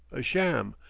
a sham,